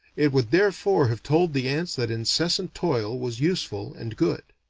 it would therefore have told the ants that incessant toil was useful and good.